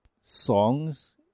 songs